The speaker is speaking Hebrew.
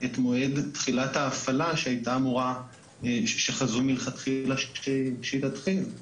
את מועד תחילת ההפעלה שחזו מלכתחילה שהיא תתחיל.